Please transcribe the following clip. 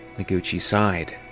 noguchi sighed.